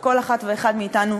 שכל אחת ואחד מאתנו,